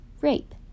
rape